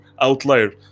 outlier